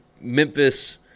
Memphis